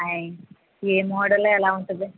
ఆయ్ I model ఎలా ఉంటుంది